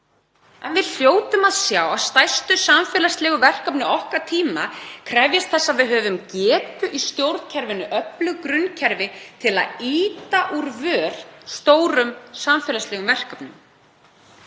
en við hljótum að sjá að stærstu samfélagslegu verkefni okkar tíma krefjast þess að við höfum getu í stjórnkerfinu, öflug grunnkerfi til að ýta úr vör stórum samfélagslegum verkefnum.